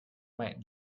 might